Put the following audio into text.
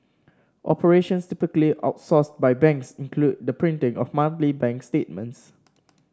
operations typically outsourced by banks include the printing of monthly bank statements